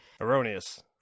erroneous